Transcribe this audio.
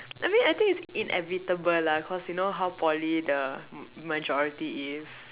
I mean I think it's inevitable lah cause you know how Poly the majority is